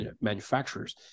manufacturers